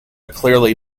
clearly